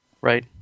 Right